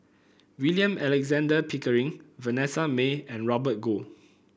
William Alexander Pickering Vanessa Mae and Robert Goh